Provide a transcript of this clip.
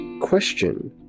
question